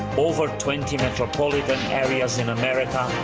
over twenty metropolitan areas in america,